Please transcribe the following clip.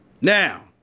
now